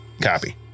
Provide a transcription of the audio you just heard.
Copy